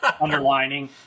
underlining